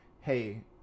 hey